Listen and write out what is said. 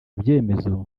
ibyemezo